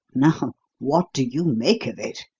now what do you make of it?